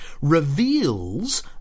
reveals